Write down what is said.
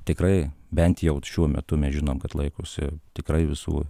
tikrai bent jau šiuo metu mes žinom kad laikosi tikrai visų